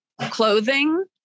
clothing